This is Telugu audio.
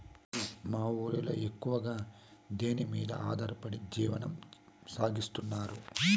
మీ ఊరిలో ఎక్కువగా దేనిమీద ఆధారపడి జీవనం సాగిస్తున్నారు?